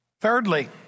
Thirdly